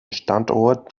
standort